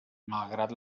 malgrat